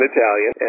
Italian